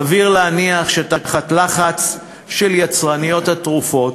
סביר להניח שתחת לחץ של יצרניות התרופות